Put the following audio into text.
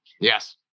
Yes